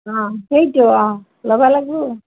অঁ সেইটো অঁ লব লাগিব